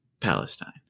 Palestine